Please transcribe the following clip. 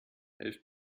helft